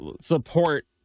support